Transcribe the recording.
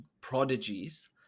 prodigies